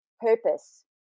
purpose